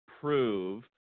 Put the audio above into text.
prove